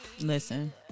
Listen